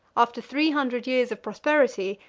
after three hundred years of prosperity,